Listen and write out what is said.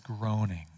groaning